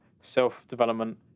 self-development